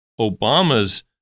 Obama's